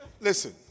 Listen